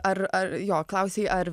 ar ar jo klausei ar